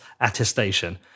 attestation